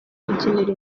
gukinira